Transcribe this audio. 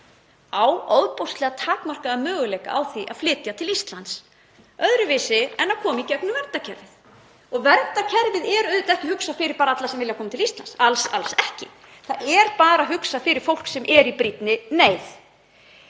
á ofboðslega takmarkaða möguleika á að flytja til Íslands öðruvísi en að koma í gegnum verndarkerfið. Verndarkerfið er auðvitað ekki hugsað fyrir alla sem vilja koma til Íslands, alls ekki. Það er bara hugsað fyrir fólk sem er í brýnni neyð.